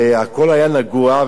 והכול היה נגוע,